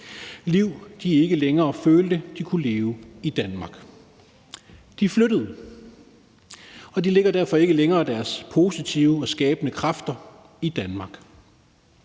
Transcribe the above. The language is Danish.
liv, de ikke længere følte de kunne leve i Danmark. De flyttede, og de lægger derfor ikke længere deres positive og skabende kræfter i Danmark.